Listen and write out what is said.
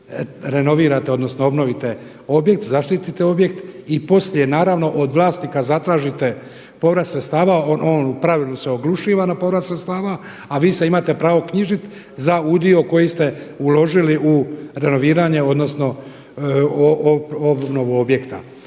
renovirate, odnosno obnovite objekt, zaštitite objekt i poslije naravno od vlasnika zatražite povrat sredstava. On u pravilu se oglušuje na povrat sredstava a vi se imate pravo knjižiti za udio koji ste uložili u renoviranje odnosno obnovu objekta.